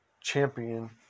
Champion